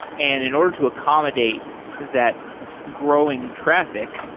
and in order to accommodate that growing traffic,